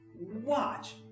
watch